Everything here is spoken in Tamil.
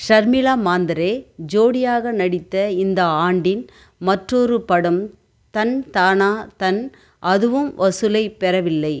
ஷர்மிளா மாந்த்ரே ஜோடியாக நடித்த இந்த ஆண்டின் மற்றொரு படம் தன் தனா தன் அதுவும் வசூலைப் பெறவில்லை